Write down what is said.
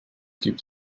gibt